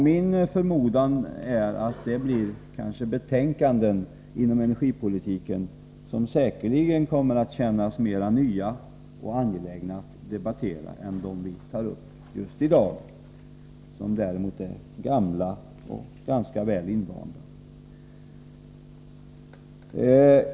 Min förmodan är att det blir betänkanden inom energipolitiken som säkerligen kommer att kännas mer nya och angelägna att debattera än dem vi tar upp just i dag, som är gamla och ganska väl kända.